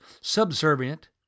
subservient